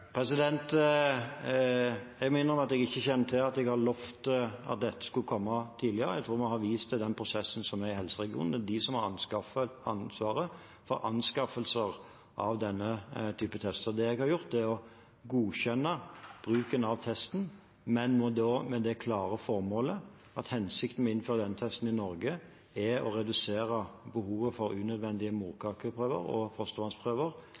Jeg må innrømme at jeg ikke kjenner til at jeg har lovet at dette skulle komme tidligere. Jeg tror vi har vist til den prosessen som er i helseregionene, det er de som har ansvaret for anskaffelse av denne typen tester. Det jeg har gjort, er å godkjenne bruken av testen, men da med det klare formålet at hensikten med å innføre denne testen i Norge er å redusere behovet for unødvendige morkakeprøver og fostervannsprøver